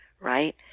right